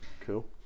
Cool